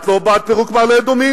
את לא בעד פירוק מעלה-אדומים?